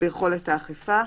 ביכולת האכיפה,